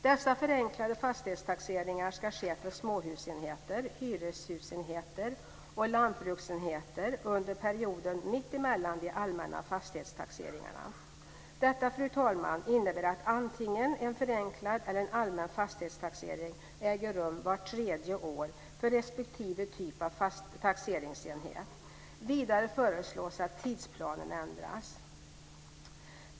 Dessa förenklade fastighetstaxeringar ska ske för småhusenheter, hyreshusenheter och lantbruksenheter under perioden mitt emellan de allmänna fastighetstaxeringarna. Detta, fru talman, innebär att antingen en förenklad eller allmän fastighetstaxering äger rum vart tredje år för respektive typ av taxeringsenhet. Vidare föreslås också att tidsplanen ändras.